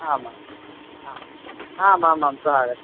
आम् आम् आमामां स्वागतम्